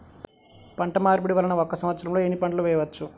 పంటమార్పిడి వలన ఒక్క సంవత్సరంలో ఎన్ని పంటలు వేయవచ్చు?